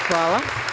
Hvala.